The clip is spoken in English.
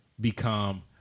become